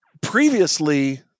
previously